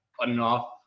enough